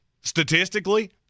Statistically